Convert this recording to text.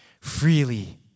Freely